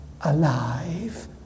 alive